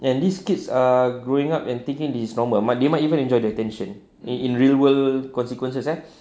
and these kids are growing up and thinking this is normal they might even enjoy the attention in real world consequences eh